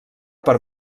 per